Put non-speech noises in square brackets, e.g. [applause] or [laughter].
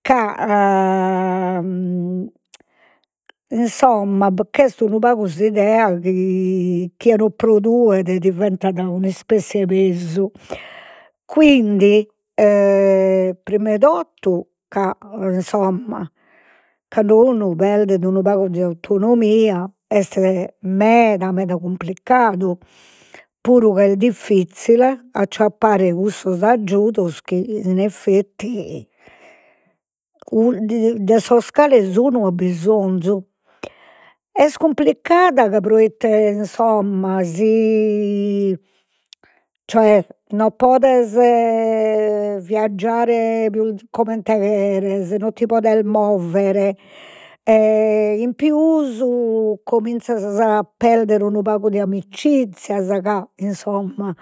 ca [hesitation] insomma ch'est unu pagu s''idea chi [hesitation] chie non produit, diventat un'ispessia 'e pesu, quindi [hesitation] prima 'e totu ca insomma cando unu perdet unu pagu de autonomia, est meda meda cumplicadu, puru ca est diffizzile acciappare cussos aggiudos chi in effetti, [hesitation] de sos cales unu at bisonzu, est cumplicada proite insomma, si [hesitation] cioè non podes [hesitation] viaggiare pius comente cheres, non ti podes mover e in pius cominzas a perder unu pagu de amicizias ca insomma